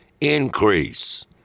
increase